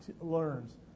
learns